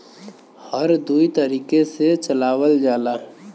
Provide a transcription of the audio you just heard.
हर दुई तरीके से चलावल जाला